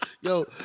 yo